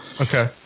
Okay